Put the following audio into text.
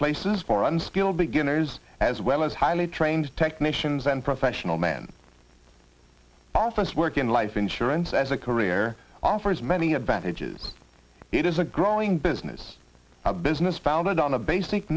places for unskilled beginners as well as highly trained technicians and professional man office working life insurance as a career offers many advantages it is a growing business a business founded on a basic